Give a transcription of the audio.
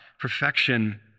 perfection